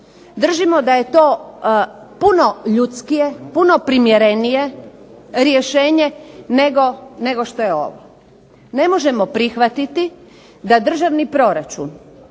Držimo da je to puno ljudskije, puno primjerenije rješenje nego što je ovo. Ne možemo prihvatiti da državni proračun,